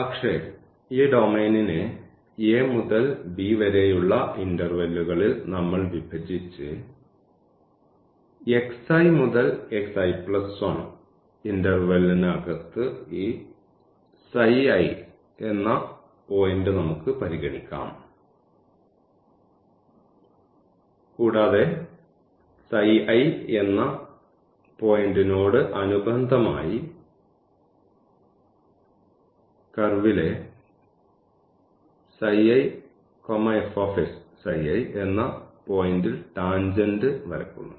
പക്ഷേ ഈ ഡൊമെയ്നിനെ മുതൽ വരെയുള്ള ഇൻറർവെല്ലുകളിൽ നമ്മൾ വിഭജിച്ച് മുതൽ ഇൻറർവെല് ന് അകത്ത് ഈ എന്ന പോയിന്റ് നമുക്ക് പരിഗണിക്കാം കൂടാതെ എന്ന പോയിന്റനോട് അനുബന്ധമായി കർവ്ലെ എന്ന പോയിൻറ്ൽ ടാൻജെന്റ് വരയ്ക്കുന്നു